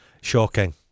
Shocking